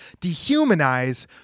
dehumanize